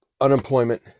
unemployment